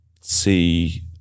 see